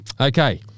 Okay